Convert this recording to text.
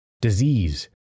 Disease